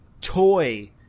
toy